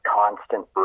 constant